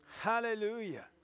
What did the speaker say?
hallelujah